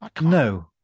No